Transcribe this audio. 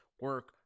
Work